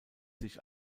sich